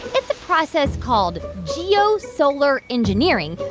it's a process called geo-solar engineering,